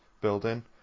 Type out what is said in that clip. building